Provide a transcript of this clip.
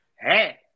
Hey